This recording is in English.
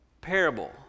parable